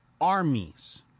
armies